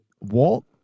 Walt